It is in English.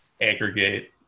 aggregate